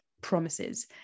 promises